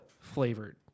flavored